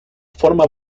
forma